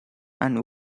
and